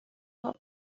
hop